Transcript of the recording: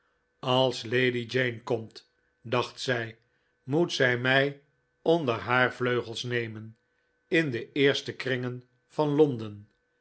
als lady jane komt dacht zij moet zij mij onder haar vleugels nemen in de eerste kringen van londen